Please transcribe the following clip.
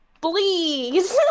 Please